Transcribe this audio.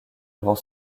avant